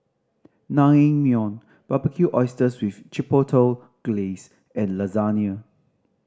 Naengmyeon Barbecued Oysters with Chipotle Glaze and Lasagna